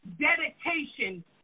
dedication